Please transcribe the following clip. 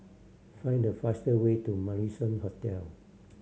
find the faster way to Marrison Hotel